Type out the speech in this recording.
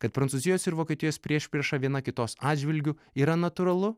kad prancūzijos ir vokietijos priešprieša viena kitos atžvilgiu yra natūralu